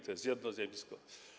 To jest jedno zjawisko.